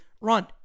run